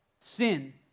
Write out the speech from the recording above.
Sin